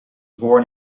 born